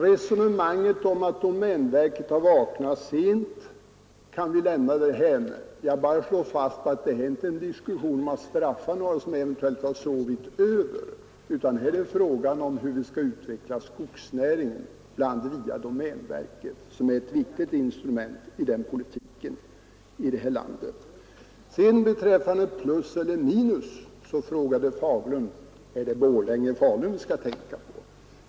Resonemanget om att domänverket vaknat sent kan vi lämna därhän. Jag bara slår fast att detta är inte en diskussion om att straffa några som eventuellt har sovit över, utan här är det fråga om hur vi skall utveckla skogsnäringen, bl.a. via domänverket som är ett viktigt instrument i den politiken här i landet. Beträffande plus eller minus frågade sedan herr Fagerlund: Är det Falun-Borlänge vi skall tänka på?